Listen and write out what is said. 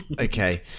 Okay